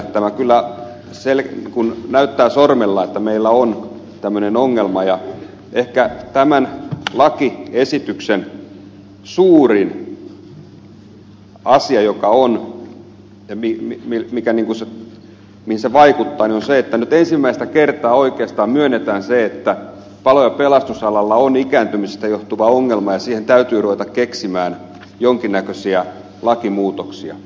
tämä kyllä kuin näyttää sormella että meillä on tämmöinen ongelma ja ehkä tämän lakiesityksen suurin asia mihin se vaikuttaa on se että nyt ensimmäistä kertaa oikeastaan myönnetään se että palo ja pelastusalalla on ikääntymisestä johtuva ongelma ja siihen täytyy ruveta keksimään jonkinnäköisiä lakimuutoksia